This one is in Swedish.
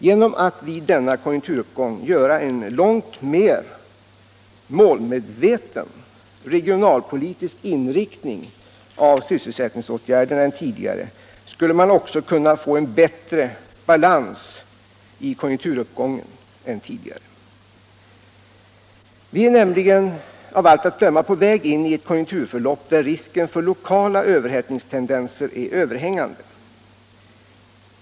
Genom att det i denna konjunkturuppgång görs en långt mer målmedveten regionalpolitisk inriktning av sysselsättningsåtgärderna än tidigare skulle man också kunna få en bättre balanserad konjunkturuppgång än tidigare. Vi är nämligen av allt att döma på väg in i ett konjunkturförlopp, där risken för lokala överhettningstendenser är överhängande.